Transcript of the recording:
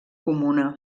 comuna